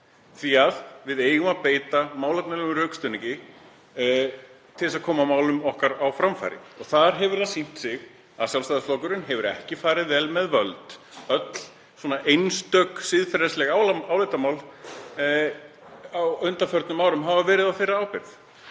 því að við eigum að beita málefnalegum rökstuðningi til þess að koma málum okkar á framfæri. Þar hefur það sýnt sig að Sjálfstæðisflokkurinn hefur ekki farið vel með völd. Öll einstök siðferðileg álitamál á undanförnum árum hafa verið á þeirra ábyrgð.